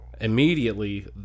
immediately